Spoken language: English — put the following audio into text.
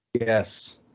Yes